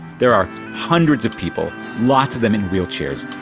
there are hundreds of people, lots of them in wheelchairs.